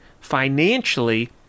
financially